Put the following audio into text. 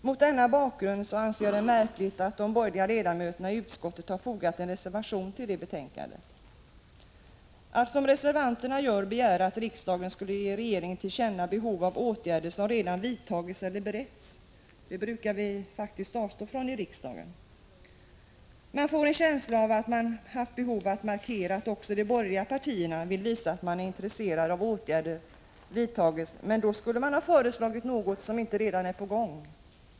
Mot denna bakgrund anser jag det märkligt att de borgerliga ledamöterna i utskottet har fogat en reservation till betänkandet. Att, som reservanterna gör, begära att riksdagen skall ge regeringen till känna behov av åtgärder som redan vidtagits eller som bereds brukar vi avstå från i riksdagen. Man får en känsla av att reservanterna haft behov att markera att också de borgerliga partierna är intresserade av att åtgärder vidtas, men då borde de ha föreslagit något som inte redan är på gång.